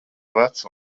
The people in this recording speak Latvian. veca